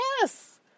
Yes